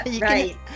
Right